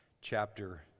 chapter